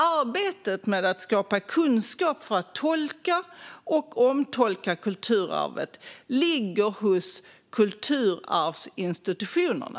Arbetet med att skapa kunskap för att tolka och omtolka kulturarvet ligger hos kulturarvsinstitutionerna.